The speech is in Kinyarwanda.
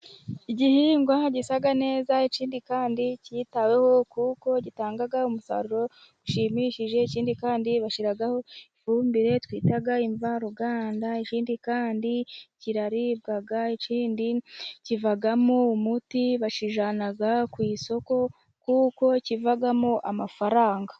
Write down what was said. Igihingwa gisa neza, ikindi kandi kitaweho kuko gitanga umusaruro ushimishije, ikindi kandi bashyiraho ifumbire twita imvaruganda, ikindi kandi kiraribwa, ikindi kivamo umuti, bakijyana ku isoko kuko kivamo amafaranga.